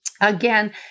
Again